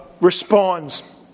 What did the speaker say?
responds